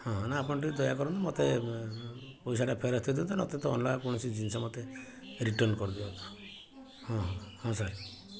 ହଁ ନା ଆପଣ ଟିକିଏ ଦୟା କରନ୍ତୁ ମୋତେ ପଇସାଟା ଫେରସ୍ତ ଦିଅନ୍ତୁ ନଚେତ୍ ଅଲଗା କୌଣସି ଜିନିଷ ମୋତେ ରିଟର୍ଣ୍ଣ କରିଦିଅନ୍ତୁ ହଁ ହଁ ସାର୍